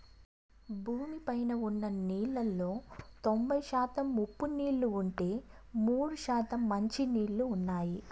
భూమి పైన ఉన్న నీళ్ళలో తొంబై శాతం ఉప్పు నీళ్ళు ఉంటే, మూడు శాతం మంచి నీళ్ళు ఉన్నాయి